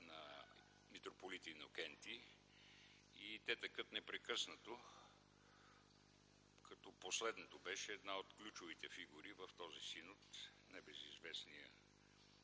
на митрополит Инокентий и те текат непрекъснато, като последното беше една от ключовите фигури в този Синод – небезизвестният